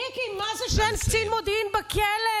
מיקי, מה זה כשאין קצין מודיעין בכלא?